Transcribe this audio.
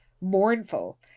mournful